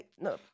no